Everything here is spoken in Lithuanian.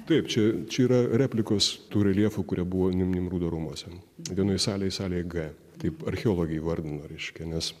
taip čia čia yra replikos tų reljefų kurie buvo nimrudo rūmuose vienoj salėj salėj g taip archeologai įvardino reiškia nes